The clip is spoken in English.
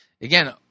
Again